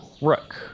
Rook